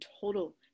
total